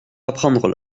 apprendre